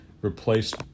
replaced